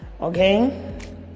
okay